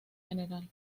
general